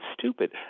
stupid